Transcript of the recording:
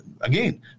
again